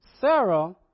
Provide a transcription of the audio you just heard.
Sarah